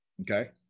Okay